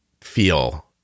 feel